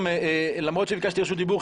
למרות שביקשתי רשות דיבור,